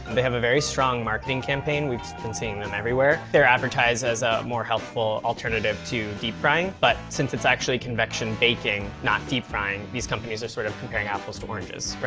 they have a very strong marketing campaign. we've been seeing them everywhere. they're advertised as a more healthful alternative to deep frying, but since it's actually convection baking, not deep frying, these companies are sort of comparing apples to oranges,